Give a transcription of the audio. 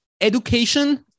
education